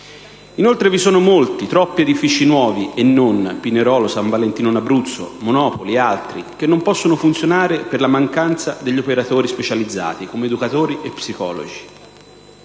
Inoltre, vi sono molti, troppi, edifici nuovi e non (Pinerolo, San Valentino in Abruzzo, Monopoli ed altri), che non possono funzionare per la mancanza di operatori specializzati, come educatori, psicologi